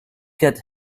get